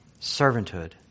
servanthood